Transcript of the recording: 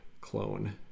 clone